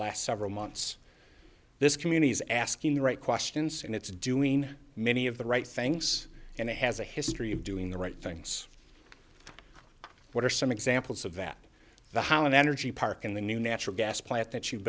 last several months this community is asking the right questions and it's doing many of the right things and it has a history of doing the right things what are some examples of that the how and energy park and the new natural gas plant that you